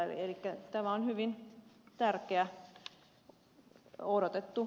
elikkä tämä on hyvin tärkeä odotettu